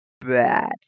bad